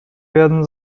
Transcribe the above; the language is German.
werden